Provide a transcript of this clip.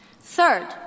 Third